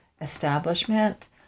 establishment